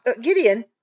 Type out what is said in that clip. Gideon